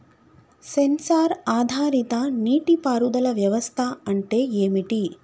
Censor ఆధారిత నీటి పారుదల వ్యవస్థ అంటే ఏమిటి?